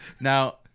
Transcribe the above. Now